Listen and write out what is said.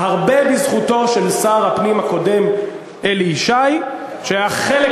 הרבה בזכותו של שר הפנים הקודם אלי ישי, בשפת